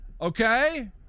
Okay